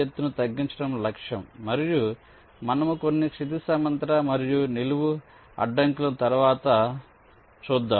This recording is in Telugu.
ఛానెల్ ఎత్తును తగ్గించడం లక్ష్యం మరియు మనము కొన్ని క్షితిజ సమాంతర మరియు నిలువు అడ్డంకులను తరువాత చూద్దాము